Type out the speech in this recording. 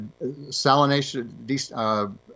salination